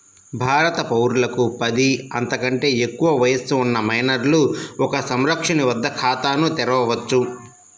భారత పౌరులకు పది, అంతకంటే ఎక్కువ వయస్సు ఉన్న మైనర్లు ఒక సంరక్షకుని వద్ద ఖాతాను తెరవవచ్చు